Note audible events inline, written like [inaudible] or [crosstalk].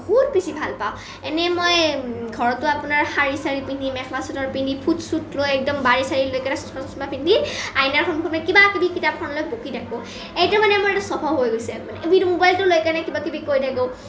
বহুত বেছি ভাল পাওঁ এনেই মই ঘৰতো আপোনাৰ শাৰী চাৰি পিন্ধি মেখেলা চাদৰ পিন্ধি ফুট চুট লৈ একদম বাৰি চাৰি লৈ কিনে চশমা তশমা পিন্ধি আইনাৰ সন্মুখত কিবা কিবি কিতাপখন লৈ বকি থাকোঁ এইটো মানে মোৰ এটা স্বভাৱ হৈ গৈছে মানে [unintelligible] মোবাইলটো লৈ কিনে কিবি কিবি কৰি থাকোঁ